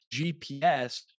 gps